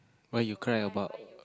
what you cry about